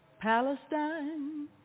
Palestine